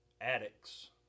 addicts